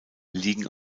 liegen